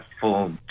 full